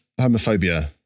homophobia